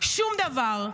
שום דבר.